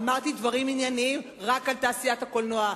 אמרתי דברים ענייניים רק על תעשיית הקולנוע,